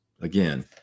again